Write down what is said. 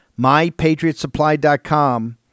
mypatriotsupply.com